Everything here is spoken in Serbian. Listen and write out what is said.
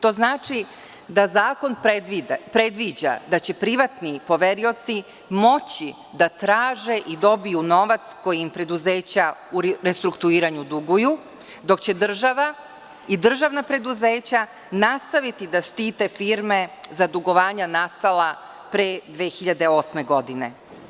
To znači da zakon predviđa da će privatni poverioci moći da traže i dobiju novac koji im preduzeća u restrukturiranju duguju, dok će država i državna preduzeća nastaviti da štite firme za dugovanja nastala pre 2008. godine.